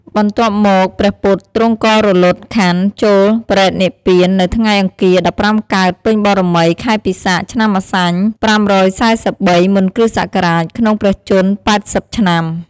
បន្ទាប់មកព្រះពុទ្ធទ្រង់ក៏រលត់ខន្ធចូលបរិនិព្វាននៅថ្ងៃអង្គារ ១៥កើត ពេញបូណ៌មី ខែពិសាខ ឆ្នាំម្សាញ់ ៥៤៣ មុនគ.ស ក្នុងព្រះជន្ម ៨០ ឆ្នាំ។